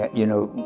you know,